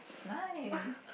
nice